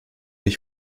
ich